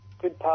good